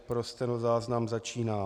Pro stenozáznam, začínám.